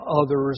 others